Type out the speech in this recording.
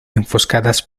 enfoscadas